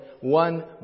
one